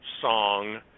song